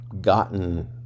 gotten